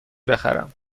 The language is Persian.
بخرم